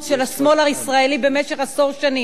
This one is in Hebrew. של השמאל הישראלי במשך עשור שנים.